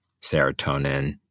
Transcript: serotonin